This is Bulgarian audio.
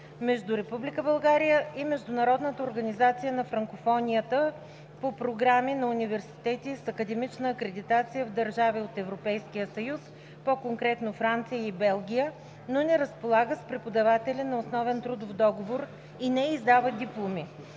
между Република България и Международната организация на франкофонията по програми на университети с академична акредитация в държави от Европейския съюз, по конкретно Франция и Белгия, но не разполага с преподаватели на основен трудов договор и не издава дипломи.